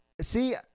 See